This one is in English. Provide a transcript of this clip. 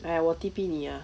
!aiya! 我 T_P 你啦